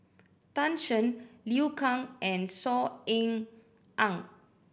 Tan Shen Liu Kang and Saw Ean Ang